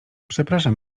przepraszam